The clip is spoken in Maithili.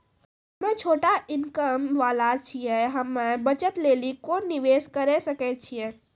हम्मय छोटा इनकम वाला छियै, हम्मय बचत लेली कोंन निवेश करें सकय छियै?